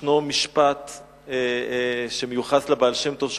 ישנו משפט שמיוחס לבעל-שם-טוב,